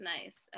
Nice